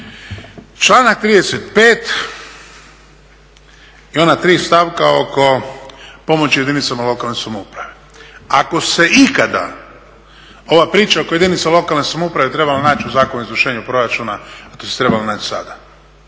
Članak 35. i ona 3 stavka oko pomoći jedinicama lokalne samouprave. Ako se ikada ova priča oko jedinica lokalne samouprave trebala naći u Zakonu za izvršenju proračuna, to se trebalo naći sada.